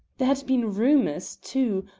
there had been rumours, too,